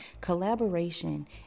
Collaboration